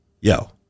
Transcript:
yo